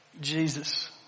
Jesus